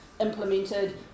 implemented